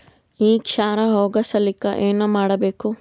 ಈ ಕ್ಷಾರ ಹೋಗಸಲಿಕ್ಕ ಏನ ಮಾಡಬೇಕು?